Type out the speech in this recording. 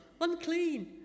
unclean